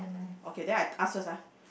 okay then I ask first ah